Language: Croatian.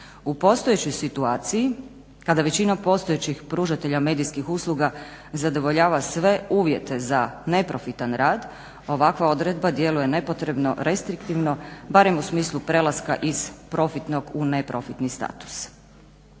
U postojećoj situaciji kada većina postojećih pružatelja medijskih usluga zadovoljava sve uvjete za neprofitan rad ovakva odredba djeluje nepotrebno, restriktivno barem u smislu prelaska iz profitnog u neprofitni status.